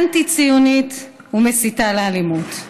אנטי-ציונית ומסיתה לאלימות,